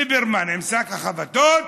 ליברמן עם שק החבטות,